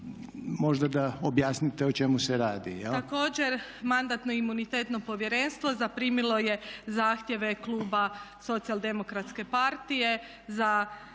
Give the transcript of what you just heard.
Margareta (HDZ)** Također Mandatno imunitetno povjerenstvo zaprimilo je zahtjeve kluba Socijaldemokratske partije za